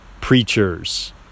preachers